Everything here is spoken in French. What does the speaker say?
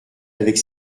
avec